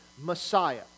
Messiah